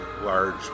large